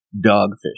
Dogfish